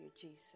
Jesus